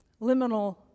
Liminal